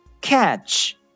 Catch